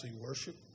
worship